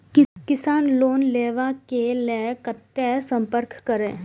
किसान लोन लेवा के लेल कते संपर्क करें?